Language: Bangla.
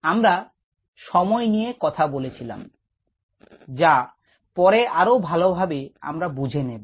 আমরা সময় নিয়ে কথা বলেছিলাম যা পরে আরো ভালোভাবে আমরা বুঝে নেব